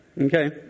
Okay